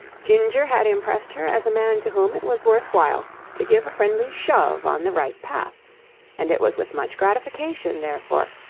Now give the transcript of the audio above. ginger had impressed her as a man to whom it was worth while to give a friendly shove on the right path and it was with much gratification, therefore,